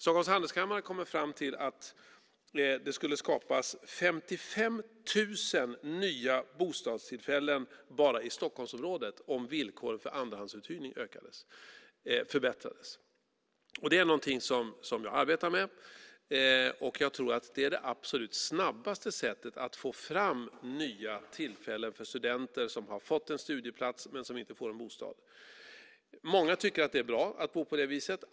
Stockholms handelskammare har kommit fram till att det skulle skapas 55 000 nya bostadstillfällen bara i Stockholmsområdet om villkoren för andrahandsuthyrning förbättrades. Det är någonting som jag arbetar med. Jag tror att det är det absolut snabbaste sättet att få fram nya möjligheter för studenter som har fått en studieplats men inte får en bostad. Många tycker att det är bra att bo på det viset.